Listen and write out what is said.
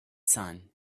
sun